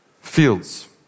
fields